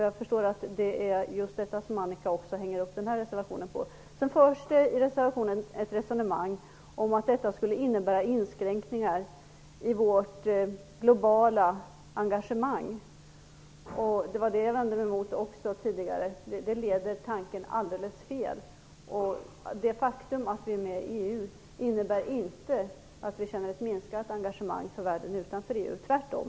Jag förstår att det är just det som Annika Nordgren hänger upp reservationen på. I reservationen förs ett resonemang om att detta skulle innebära inskränkningar i vårt globala engagemang. Det var det som jag tidigare vände mig emot. Det leder tanken alldeles fel. Det faktum att vi är med i EU innebär inte att vi känner ett minskat engagemang för världen utanför EU, tvärtom.